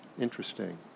Interesting